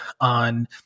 on